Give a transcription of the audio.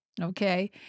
Okay